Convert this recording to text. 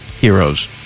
heroes